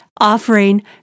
offering